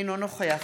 אינו נוכח